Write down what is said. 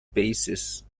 bases